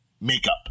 makeup